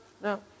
no